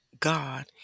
God